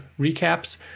recaps